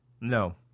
No